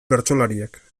bertsolariek